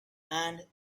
and